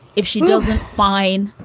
if she does, fine.